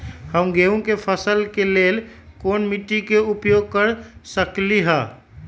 हम गेंहू के फसल के लेल कोन मिट्टी के उपयोग कर सकली ह?